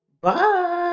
bye